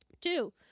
two